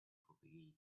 propagated